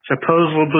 Supposedly